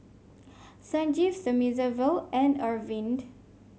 Sanjeev Thamizhavel and Arvind